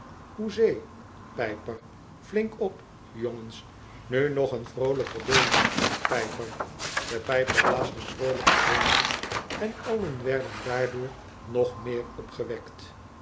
hoezee pijper flink op jongens nu nog een vroolijker deuntje pijper de pijper blaast een vroolijker deuntje en allen werden daardoor nog meer opgewekt